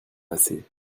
passé